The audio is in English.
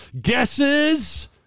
Guesses